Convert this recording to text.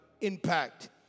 Impact